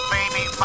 Baby